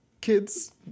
kids